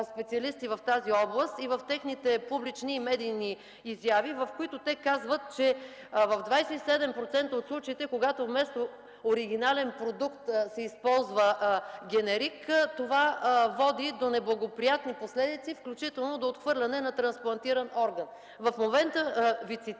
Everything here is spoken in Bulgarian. специалисти в тази област и в техните публични и медийни изяви, в които казват, че при 27% от случаите, когато вместо оригинален продукт се използва генерик, това води до неблагоприятни последици, включително до отхвърляне на трансплантиран орган. В момента Ви цитирам